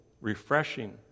refreshing